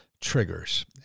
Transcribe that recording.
triggers